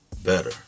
better